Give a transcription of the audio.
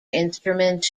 instruments